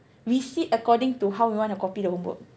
we sit according to how we want to copy the homework